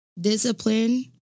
Discipline